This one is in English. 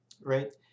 right